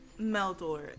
Meldor